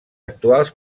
actuals